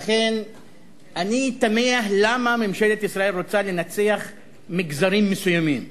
אני תמה למה ממשלת ישראל רוצה לנצח מגזרים מסוימים,